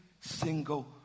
single